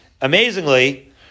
Amazingly